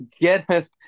get